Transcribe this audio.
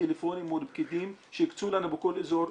טלפונית מול פקידים שהקצו לנו בכל אזור.